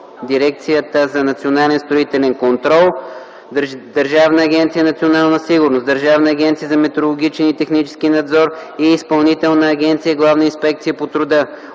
Дирекцията за национален строителен контрол, Държавна агенция „Национална сигурност”, Държавна агенция за метрологичен и технически надзор и Изпълнителна агенция “Главна инспекция по труда”.